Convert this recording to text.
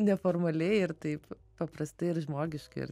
neformaliai ir taip paprastai ir žmogiškai